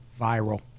Viral